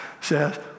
says